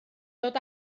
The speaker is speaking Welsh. dod